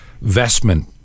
vestment